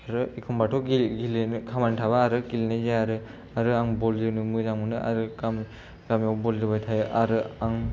आरो एखनबाथ' गेले गेलेनो खामानि थाबा आरो गेलेनाय जाया आरो आं बल जोनो मोजां मोनो आरो गामियाव बल जोबाय थायो आरो आं